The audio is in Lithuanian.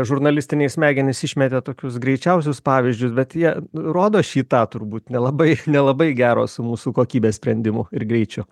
žurnalistiniai smegenys išmetė tokius greičiausius pavyzdžius bet jie rodo šį tą turbūt nelabai nelabai gero su mūsų kokybės sprendimu ir greičiu